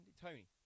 Tony